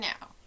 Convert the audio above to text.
now